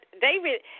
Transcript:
David